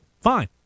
fine